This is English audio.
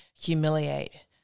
humiliate